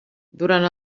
durant